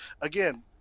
again